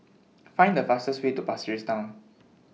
Find The fastest Way to Pasir Ris Town